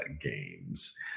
games